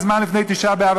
בזמן לפני תשעה באב,